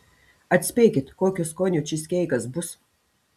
atspėkit kokio skonio čyzkeikas bus